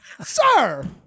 Sir